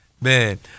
Man